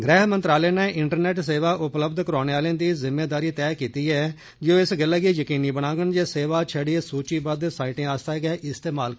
गृह मंत्रालय नै इंटरनेट सेवा उपलब्ध करोआने आलें दी जिम्मेदारी तय कीती ऐ ते ओ इस गल्लै गी यकीनी बनागंन जे सेवा छड़ी सुविबद्द साईटें आस्तै गै इस्तेमाल होग